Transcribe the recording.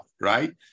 right